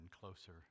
closer